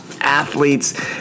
athletes